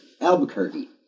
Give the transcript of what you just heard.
Albuquerque